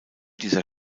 dieser